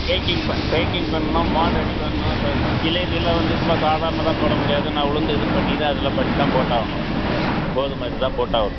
நான் பேக்கிங் ப பேக்கிங் பண்ணணும் மாவு ரெடி பண்ணும் ச ஜிலேபியெல்லாம் வந்து சும்மா சாதாரணதாக போட முடியாது நான் உளுந்து இது பண்ணி தான் அதெல்லாம் பண்ணி தான் போட்டாகணும் கோதுமை இது தான் போட்டாகணும்